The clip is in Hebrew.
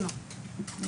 אימא.